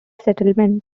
settlement